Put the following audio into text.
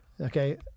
Okay